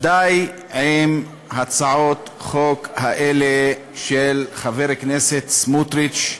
די עם הצעות החוק האלה של חבר הכנסת סמוטריץ,